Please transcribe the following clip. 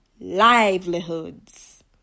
livelihoods